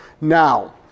Now